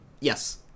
Yes